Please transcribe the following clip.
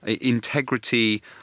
integrity